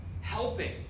helping